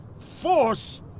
force